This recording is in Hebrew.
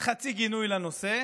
חצי גינוי לנושא,